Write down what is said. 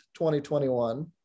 2021